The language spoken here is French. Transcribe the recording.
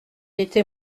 était